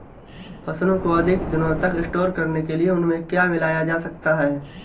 फसलों को अधिक दिनों तक स्टोर करने के लिए उनमें क्या मिलाया जा सकता है?